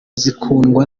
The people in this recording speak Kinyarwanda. zikundwa